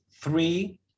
three